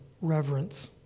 reverence